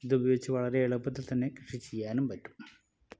ഇതുപയോഗിച്ച് വളരെ എളുപ്പത്തിൽ തന്നെ കൃഷി ചെയ്യാൻ പറ്റും